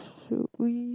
should we